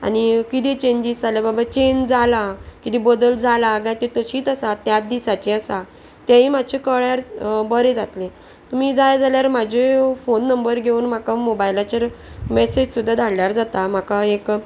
आनी किदें चेंजीस जाल्यार बाबा चेंज जालां किदें बदल जालां काय त्यो तशीच आसा त्याच दिसाचें आसा तेंय मातशें कळ्यार बरें जातलें तुमी जाय जाल्यार म्हाजे फोन नंबर घेवन म्हाका मोबायलाचेर मॅसेज सुद्दां धाडल्यार जाता म्हाका एक